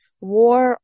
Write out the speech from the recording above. war